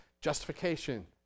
justification